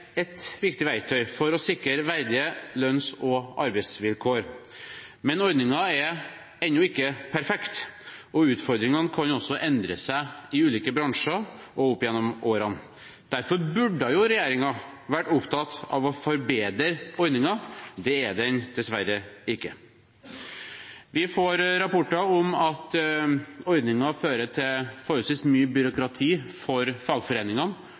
et viktig verktøy for å sikre verdige lønns- og arbeidsvilkår, men ordningen er ennå ikke perfekt, og utfordringene kan også endre seg i ulike bransjer og opp gjennom årene. Derfor burde regjeringen vært opptatt av å forbedre ordningen. Det er de dessverre ikke. Vi får rapporter om at ordningen fører til forholdsvis mye byråkrati for fagforeningene,